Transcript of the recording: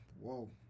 whoa